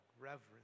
reverence